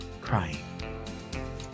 crying